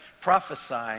prophesying